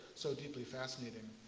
so deeply fascinating.